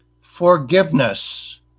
forgiveness